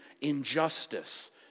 injustice